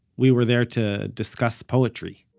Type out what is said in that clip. we were there to discuss poetry